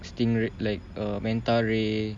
sting ray like uh manta ray